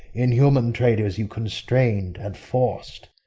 inhuman traitors, you constrain'd and forc'd.